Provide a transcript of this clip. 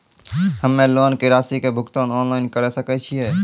हम्मे लोन के रासि के भुगतान ऑनलाइन करे सकय छियै?